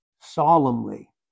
solemnly